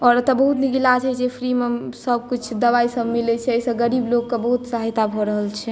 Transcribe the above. आओर ओतय बहुत नीक इलाज होइत छै फ्रीमे सभकिछु दबाइसभ मिलैत छै एहिसँ गरीब लोककेँ बहुत सहायता भऽ रहल छै